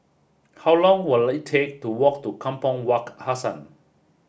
how long will it take to walk to Kampong Wak Hassan